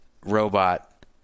robot